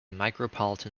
micropolitan